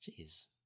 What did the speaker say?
Jeez